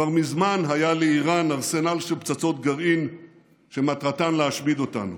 כבר מזמן היה לאיראן ארסנל של פצצות גרעין שמטרתן להשמיד אותנו.